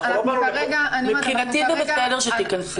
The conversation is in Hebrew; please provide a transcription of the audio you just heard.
מבחינתי זה בסדר שתיכנסי.